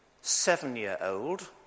seven-year-old